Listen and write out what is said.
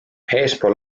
eespool